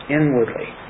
inwardly